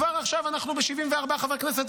כבר עכשיו אנחנו ב-74 חברי כנסת,